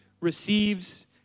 receives